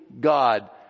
God